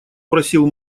просил